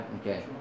okay